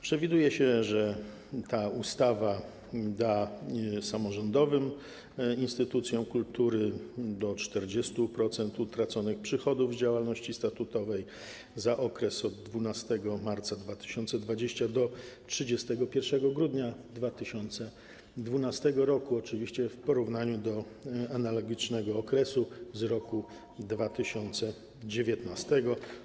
Przewiduje się, że ta ustawa da samorządowym instytucjom kultury do 40% utraconych przychodów z działalności statutowej za okres od 12 marca 2020 do 31 grudnia 2020 r., oczywiście w porównaniu do analogicznego okresu w roku 2019.